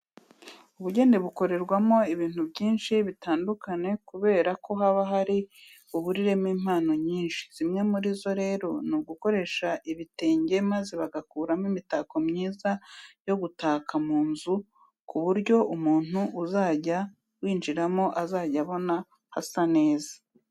Ubugeni bukorerwamo ubintu byinshi bitandukane kubera ko haba hari buhuriremo impano nyinshi. Zimwe muri zo rero ni ugukoresha ibitenge maze bagakuramo imitako myiza yo gutaka mu nzu, ku buryo umuntu uzajya winjirimo azajya abona hasa neza.